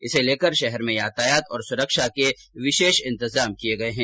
इसे लेकर शहर में यातायात और सुरक्षा के विशेष इंतजाम किये गये है